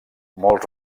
molts